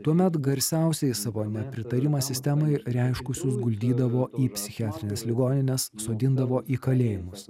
tuomet garsiausiai savo nepritarimą sistemai reiškusius guldydavo į psichiatrines ligonines sodindavo į kalėjimus